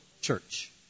church